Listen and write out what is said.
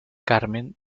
carmen